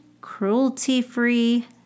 cruelty-free